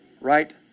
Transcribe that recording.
Right